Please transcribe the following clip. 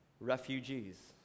Refugees